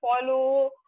follow